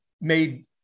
made